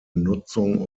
nutzung